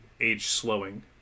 age-slowing